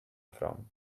from